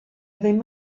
ddim